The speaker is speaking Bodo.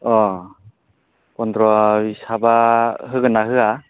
अ फन्द्र' बिसोरबा होगोन ना होआ